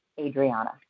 Adriana